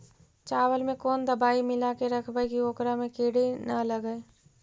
चावल में कोन दबाइ मिला के रखबै कि ओकरा में किड़ी ल लगे?